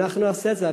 אם אנחנו נעשה זאת,